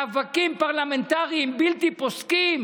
מאבקים פרלמנטריים בלתי פוסקים,